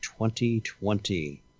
2020